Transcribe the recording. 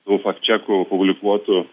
tų faktčekų publikuotų